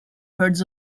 herds